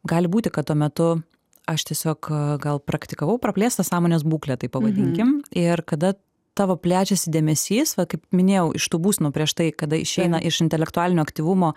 gali būti kad tuo metu aš tiesiog gal praktikavau praplėstą sąmonės būklę taip pabandykim ir kada tavo plečiasi dėmesys va kaip minėjau iš tų būsenų prieš tai kada išeina iš intelektualinio aktyvumo